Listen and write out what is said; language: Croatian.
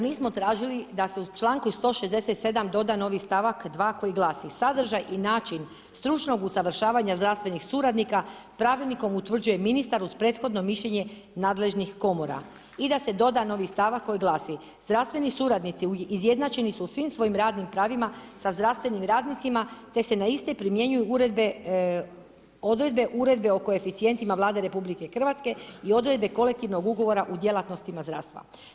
Mi smo tražili da se u čl. 167. doda novi stavak 2. koji glasi, sadržaj i način stručnog usavršavanja zdravstvenih suradnika pravilnikom utvrđuje ministar uz prethodno mišljenje nadležnih komora i da se doda novi stavka koji glasi, zdravstveni suradnici izjednačeni su u svim svojem radnim pravima sa zdravstvenim radnicima te se na iste primjenjuju odredbe uredbe o koeficijentima Vlade RH i odredbe kolektivnog ugovora u djelatnostima zdravstva.